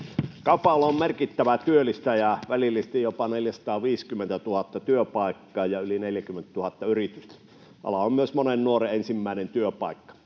Kaupan ala on merkittävä työllistäjä, välillisesti jopa 450 000 työpaikkaa ja yli 40 000 yritystä. Ala on myös monen nuoren ensimmäinen työpaikka.